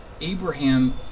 Abraham